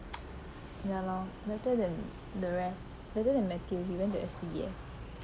ya lor better than the rest better than matthew he went to S_C_D_F